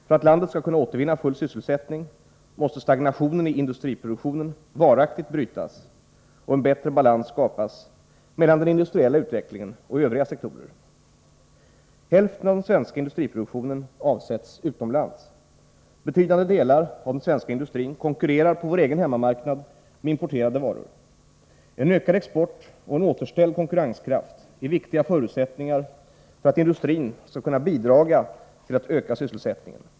För att landet skall kunna återvinna full sysselsättning måste stagnationen i industriproduktionen varaktigt brytas och en bättre balans skapas mellan den industriella utvecklingen och övriga sektorer. Hälften av den svenska industriproduktionen avsätts utomlands. Betydande delar av den svenska industrin konkurrerar på vår egen hemmamarknad med importerade varor. En ökad export och en återställd konkurrenskraft är viktiga förutsättningar för att industrin skall kunna bidra till att öka sysselsättningen.